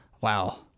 Wow